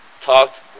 talked